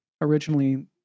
originally